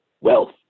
Wealth